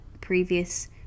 previous